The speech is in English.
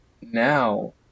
now